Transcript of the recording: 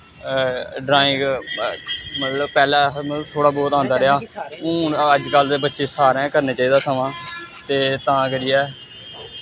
drawing मतलब पैह्लें अस मतलब थोह्ड़ा बोह्त औंदा रेहा हून अजकल्ल दे बच्चें सारें गै करना चाहिदा सगोआं ते तां करियै